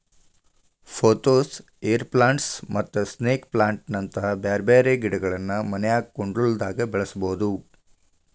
pothos, air plants ಮತ್ತ snake plant ನಂತ ಬ್ಯಾರ್ಬ್ಯಾರೇ ಗಿಡಗಳನ್ನ ಮನ್ಯಾಗ ಕುಂಡ್ಲ್ದಾಗ ಬೆಳಸಬೋದು